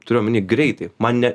turiu omeny greitai man ne